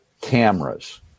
cameras